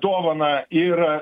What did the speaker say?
dovaną ir